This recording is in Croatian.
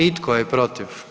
I tko je protiv?